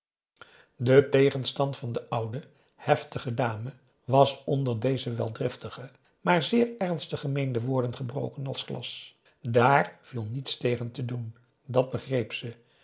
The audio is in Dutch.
de tegenstand van de oude heftige dame was onder deze wel driftige maar zeer ernstig gemeende woorden gebroken als glas dààr viel niets tegen te doen dat begreep ze